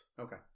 Okay